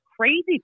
crazy